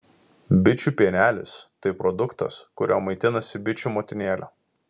bičių pienelis tai produktas kuriuo maitinasi bičių motinėlė